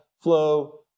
flow